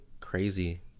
crazy